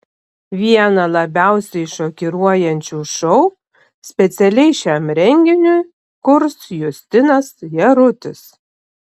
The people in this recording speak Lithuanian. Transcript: vieną labiausiai šokiruojančių šou specialiai šiam renginiui kurs justinas jarutis